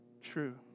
true